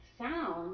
sound